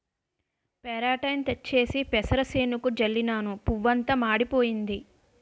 పెరాటేయిన్ తెచ్చేసి పెసరసేనుకి జల్లినను పువ్వంతా మాడిపోయింది